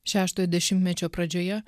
šeštojo dešimtmečio pradžioje